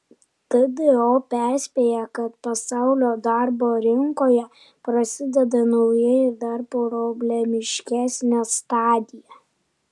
tdo perspėja kad pasaulio darbo rinkoje prasideda nauja ir dar problemiškesnė stadija